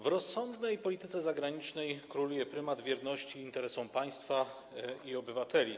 W rozsądnej polityce zagranicznej króluje prymat wierności interesom państwa i obywateli.